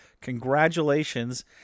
Congratulations